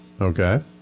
Okay